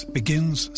begins